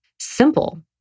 simple